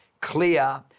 clear